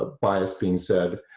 ah biased being said,